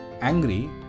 angry